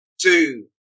two